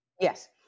Yes